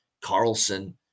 Carlson